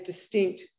distinct